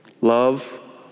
Love